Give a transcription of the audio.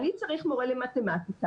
אני צריך מורה למתמטיקה,